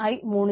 monitoring